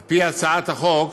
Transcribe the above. על פי הצעת החוק,